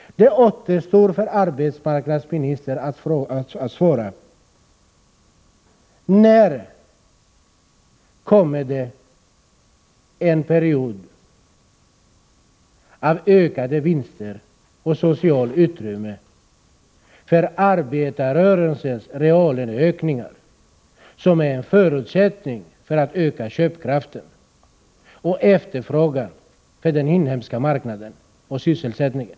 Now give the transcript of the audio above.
Det återstår för arbetsmarknadsministern att svara på mina frågor: När kommer det en period med utrymme för reallöneökningar? Det är ju en förutsättning för att öka köpkraften och efterfrågan på den inhemska marknaden och därmed för att öka sysselsättningen.